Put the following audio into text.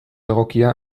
egokia